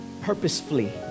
purposefully